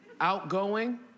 outgoing